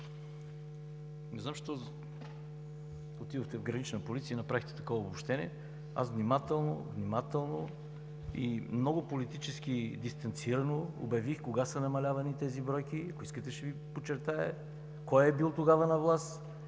Не знам защо отидохте в „Гранична полиция“ и направихте такова обобщение? Внимателно и много политически дистанцирано аз обявих кога са намалявани тези бройки. Ако искате, ще Ви подчертая кой е бил тогава на власт,